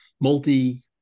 multi